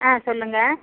ஆ சொல்லுங்கள்